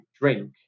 drink